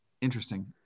Interesting